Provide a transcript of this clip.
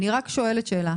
אני רק שואלת שאלה.